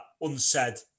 unsaid